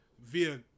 via